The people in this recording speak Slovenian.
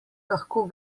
lahko